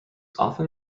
often